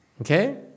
Okay